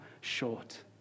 short